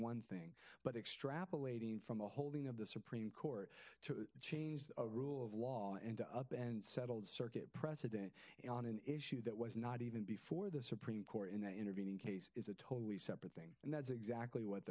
one thing but extrapolating from the holding of the supreme court to change the rule of law into up and settled circuit president on an issue that was not even before the supreme court in that intervening case is a totally separate thing and that's exactly what